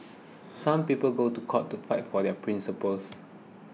some people go to court to fight for their principles